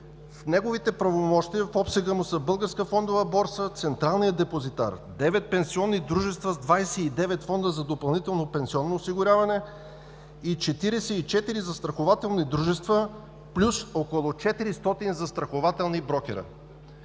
В неговите правомощия и в обсега му са: Българската фондова борса, Централният депозитар, 9 пенсионни дружества с 29 фонда за допълнително пенсионно осигуряване и 44 застрахователни дружества, плюс около 400 застрахователни брокера.